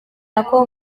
nako